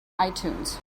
itunes